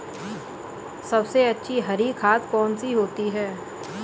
सबसे अच्छी हरी खाद कौन सी होती है?